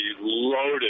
loaded